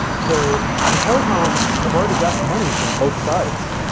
so the telecoms have already got money from both sides,